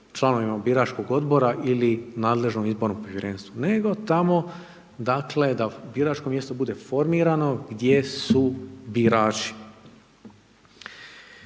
članovima biračkog Odbora ili nadležnom izbornom povjerenstvu, nego tamo, dakle, da biračko mjesto bude formirano gdje su birači.